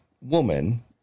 woman